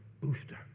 booster